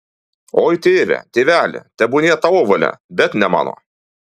oi tėve tėveli tebūnie tavo valia bet ne mano